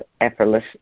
effortless